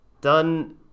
done